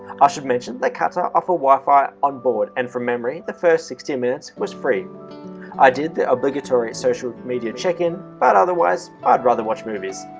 i should mention that qatar offer wi-fi on board and from memory the first sixty minutes was free i did the obligatory social media check-in, but otherwise i'd rather watch movies.